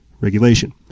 regulation